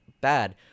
bad